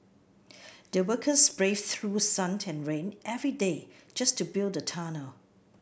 the workers braved through sun and rain every day just to build the tunnel